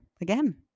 again